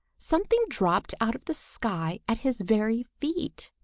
something dropped out of the sky at his very feet.